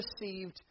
received